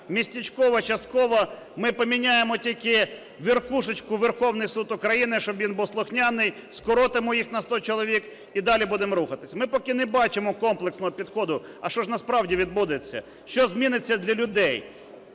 местечково, частково, ми поміняємо тільки верхушечку – Верховний Суд України, щоб він був слухняний, скоротимо їх на 100 чоловік і далі будемо рухатись. Ми поки не бачимо комплексного підходу. А що ж насправді відбудеться? Що зміниться для людей?